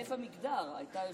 התחלף המגדר, הייתה יושבת-ראש.